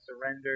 surrender